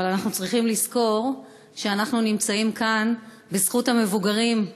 אבל אנחנו צריכים לזכור שאנחנו נמצאים כאן בזכות המבוגרים,